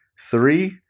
three